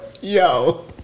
Yo